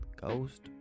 Ghost